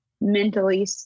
mentally